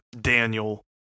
Daniel